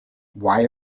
why